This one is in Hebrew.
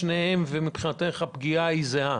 האם מבחינתך הפגיעה היא זהה?